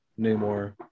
Namor